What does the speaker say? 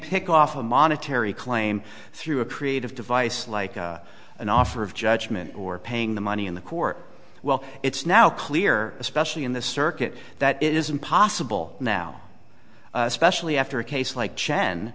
pick off a monetary claim through a creative device like an offer of judgement or paying the money in the core well it's now clear especially in the circuit that it isn't possible now especially after a case like